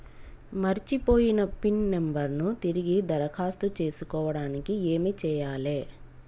మర్చిపోయిన pin number ను తిరిగి దరఖాస్తు చేసుకోవడానికి ఏమి చేయాలే?